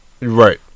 Right